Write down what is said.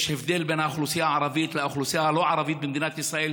יש הבדל בין האוכלוסייה הערבית לאוכלוסייה הלא-ערבית במדינת ישראל,